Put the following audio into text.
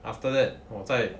after that 我在